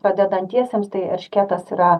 pradedantiesiems tai erškėtas yra